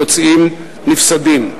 יוצאים נפסדים.